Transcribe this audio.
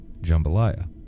jambalaya